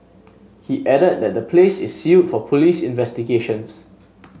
he added that the place is sealed for police investigations